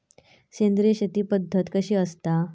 सेंद्रिय शेती पद्धत कशी असता?